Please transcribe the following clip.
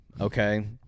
okay